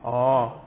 orh